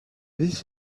this